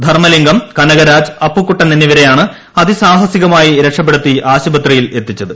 ധർമ്മലിംഗം കനകരാജ് അപ്പുക്കുട്ടൻ എന്നിവരെയാണ് അതിസാഹസികമായി ് രക്ഷപെടുത്തി ആശുപത്രിയിൽ എത്തിച്ചത്